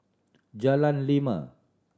Jalan Lima